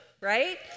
right